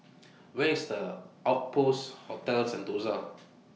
Where IS The Outpost Hotel Sentosa